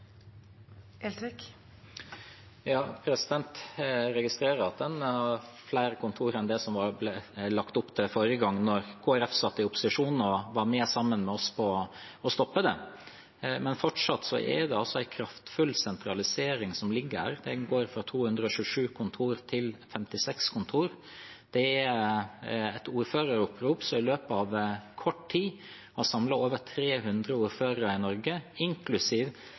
Jeg registrerer at det er flere kontorer enn det ble lagt opp til forrige gang, da Kristelig Folkeparti satt i opposisjon og sammen med oss var med på å stoppe det. Men fortsatt er det en kraftfull sentralisering som ligger her, en går fra 227 kontorer til 56 kontorer. Et ordføreropprop har i løpet av kort tid samlet over 300 ordførere i Norge, inklusiv